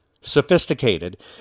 sophisticated